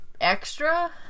extra